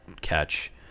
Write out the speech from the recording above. catch